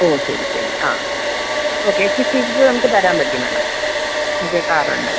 ഓ ശരി ശരി ആ ഓ നമുക്ക് തരാൻ പറ്റും മാഡം നമുക്ക് കാർ ഉണ്ട്